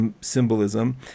symbolism